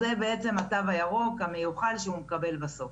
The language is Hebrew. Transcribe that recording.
זה בעצם התו הירוק המיוחל שהוא מקבל בסוף.